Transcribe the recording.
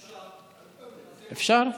אפשר.